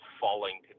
falling